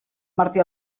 martí